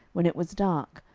when it was dark,